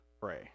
pray